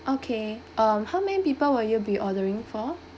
okay um how many people will you be ordering for